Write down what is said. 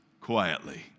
quietly